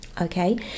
okay